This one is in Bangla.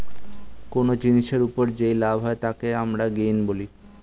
কোন জিনিসের ওপর যেই লাভ হয় তাকে আমরা গেইন বলি